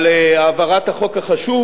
על העברת החוק החשוב